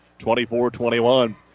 24-21